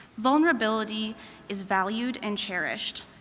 vulnerability is valued and cherished.